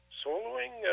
soloing